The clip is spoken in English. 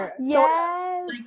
Yes